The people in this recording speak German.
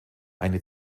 eine